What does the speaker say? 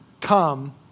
come